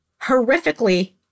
horrifically